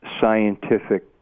scientific